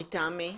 מטעם מי?